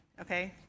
okay